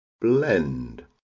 blend